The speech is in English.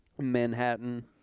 Manhattan